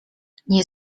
nie